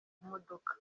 imodoka